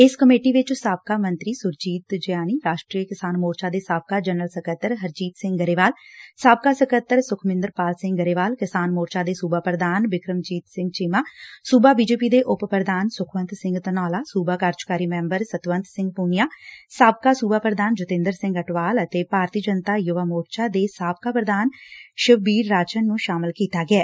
ਇਸ ਕਮੇਟੀ ਵਿਚ ਸਾਬਕਾ ਮੰਤਰੀ ਸੁਰਜੀਤ ਜਿਆਣੀ ਰਾਸ਼ਟਰੀ ਕਿਸਾਨ ਮੋਰਚਾ ਦੇ ਸਾਬਕਾ ਜਨਰਲ ਸਕੱਤਰ ਹਰਜੀਤ ਸਿੰਘ ਗਰੇਵਾਲ ਸਾਬਕਾ ਸਕੱਤਰ ਸੁਖਮਿੰਦਰਪਾਲ ਸਿੰਘ ਗਰੇਵਾਲ ਕਿਸਾਨ ਮੋਰਚਾ ਦੇ ਸੂਬਾ ਪ੍ਰਧਾਨ ਬਿਕਰਮਜੀਤ ਸਿੰਘ ਚੀਮਾ ਸੂਬਾ ਬੀਜੇਪੀ ਦੇ ਉਪ ਪ੍ਰਧਾਨ ਸੁਖਵੰਤ ਸਿੰਘ ਧਨੌਲਾ ਸੂਬਾ ਕਾਰਜਕਾਰੀ ਮੈਬਰ ਸਤਵੰਤ ਸਿੰਘ ਪੁਨੀਆ ਸਾਬਕਾ ਸੂਬਾ ਪ੍ਰਧਾਨ ਜਤਿੰਦਰ ਸਿੰਘ ਅਟਵਾਲ ਅਤੇ ਭਾਰਤੀ ਜਨਤਾ ਯੁਵਾ ਮੋਰਚਾ ਦੇ ਸਾਬਕਾ ਪ੍ਧਾਨ ਸ਼ਿਵਬੀਰ ਰਾਜਨ ਨੂੰ ਸ਼ਾਮਲ ਕੀਤਾ ਗਿਐ